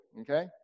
okay